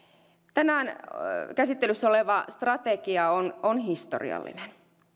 tänään käsittelyssä oleva strategia on on historiallinen